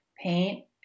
paint